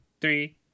three